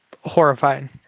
horrifying